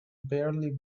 barely